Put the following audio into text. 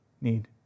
need